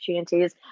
opportunities